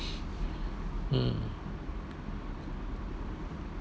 mm